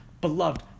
beloved